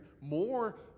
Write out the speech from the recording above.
more